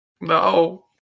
No